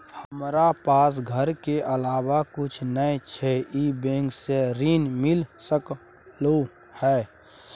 हमरा पास घर के अलावा कुछ नय छै ई बैंक स ऋण मिल सकलउ हैं?